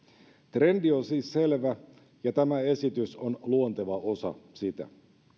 trendi on siis selvä ja tämä esitys on luonteva osa sitä